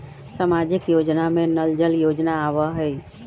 सामाजिक योजना में नल जल योजना आवहई?